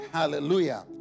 hallelujah